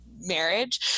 marriage